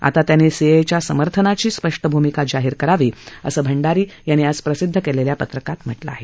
आता त्यांनी सीएएच्या समर्थनाची स्पष्ट भूमिका जाहीर करावी असं भांडारी यांनी आज प्रसिद्ध केलेल्या पत्रकात म्हटलं आहे